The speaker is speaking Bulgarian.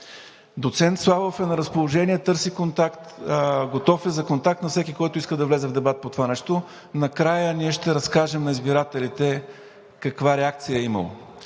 Доцент Славов е на разположение, готов е за контакт на всеки, който иска да влезе в дебат по това нещо. Накрая ние ще разкажем на избирателите каква реакция е